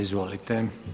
Izvolite.